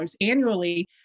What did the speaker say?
annually